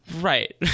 Right